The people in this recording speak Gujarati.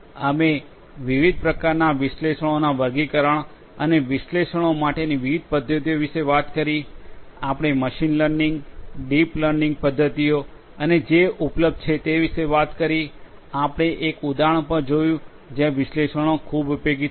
અમે વિવિધ પ્રકારના વિશ્લેષણોના વર્ગીકરણ અને વિશ્લેષણો માટેની વિવિધ પદ્ધતિઓ વિશે વાત કરી આપણે મશીન લર્નિંગ ડિપ લર્નિંગ પદ્ધતિઓ અને જે ઉપલબ્ધ છે તે વિશે વાત કરી આપણે એક ઉદાહરણ પણ જોયું જ્યાં વિશ્લેષણો ખૂબ ઉપયોગી થાય છે